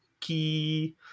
key